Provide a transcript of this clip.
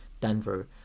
Denver